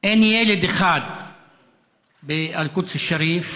אין ילד אחד באל-קודס א-שריף